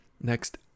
Next